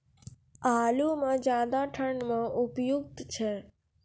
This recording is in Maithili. आलू म ज्यादा ठंड म उपयुक्त छै?